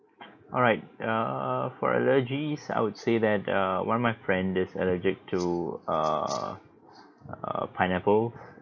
alright err for allergies I would say that err one of my friend is allergic to err uh pineapple